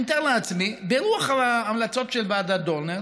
אני מתאר לעצמי שברוח ההמלצות של ועדת דורנר,